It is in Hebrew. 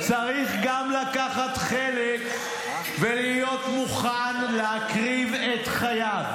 -- צריך גם לקחת חלק ולהיות מוכן להקריב את חייו.